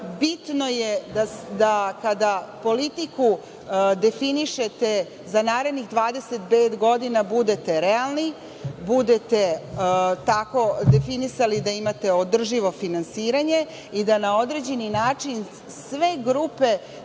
bitno je da kada politiku definišete za narednih 25 godina budete realni, budete tako definisali da imate održivo finansiranje i da na određeni način sve grupe,